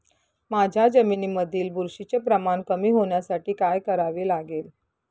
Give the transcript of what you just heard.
माझ्या जमिनीमधील बुरशीचे प्रमाण कमी होण्यासाठी काय करावे लागेल?